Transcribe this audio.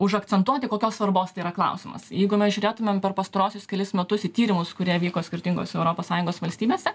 užakcentuoti kokios svarbos tai yra klausimas jeigu mes žiūrėtumėm per pastaruosius kelis metus į tyrimus kurie vyko skirtingose europos sąjungos valstybėse